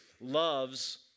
loves